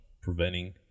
preventing